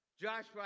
Joshua